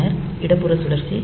பின்னர் இடதுபுற சுழற்சி